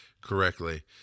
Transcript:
correctly